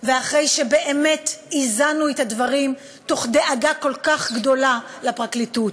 ואחרי שבאמת איזנו את הדברים מתוך דאגה כל כך גדולה לפרקליטות,